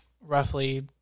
roughly